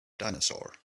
dinosaur